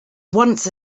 once